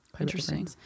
Interesting